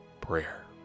prayer